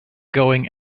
going